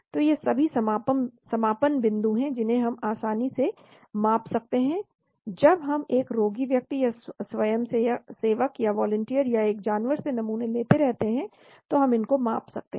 तो ये सभी समापन बिंदु हैं जिन्हें हम आसानी से माप सकते हैं जब हम एक रोगी व्यक्ति या स्वयंसेवक या वालंटियर या एक जानवर से नमूने लेते रहते हैं और हम इन को माप सकते हैं